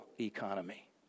economy